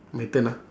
my turn ah